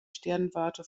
sternwarte